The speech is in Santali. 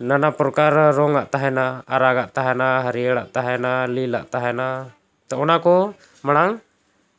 ᱱᱟᱱᱟ ᱯᱨᱚᱠᱟᱨ ᱨᱚᱝ ᱟᱜ ᱛᱟᱦᱮᱱᱟ ᱟᱨᱟᱜᱟ ᱛᱟᱦᱮᱱᱟ ᱦᱟᱹᱨᱭᱟᱹᱲᱟᱜ ᱛᱟᱦᱮᱱᱟ ᱞᱤᱞ ᱟᱜ ᱛᱟᱦᱮᱱᱟ ᱛᱚ ᱚᱱᱟ ᱠᱚ ᱢᱟᱲᱟᱝ